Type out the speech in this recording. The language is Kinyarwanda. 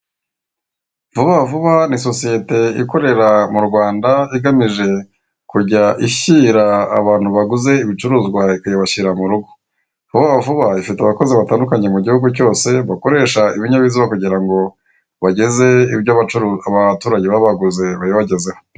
Vuba vuba ni sosiyete ikorera mu Rwanda igamije kujya ishyira abantu baguze ibicuruzwa ikabibashira mu rugo. Vuba vuba ifite abakozi batandukanye mu gihugu cyose bakoresha ibinyabiziga kugira ngo bageze ibyo abacuru, abaturage baba baguze babibagezeho.